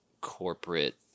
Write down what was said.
corporate